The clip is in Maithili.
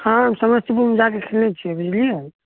हँ हम समस्तीपुरमे जाके खेलने छियै बुझलियै